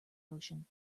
ocean